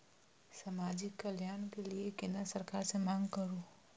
समाजिक कल्याण के लीऐ केना सरकार से मांग करु?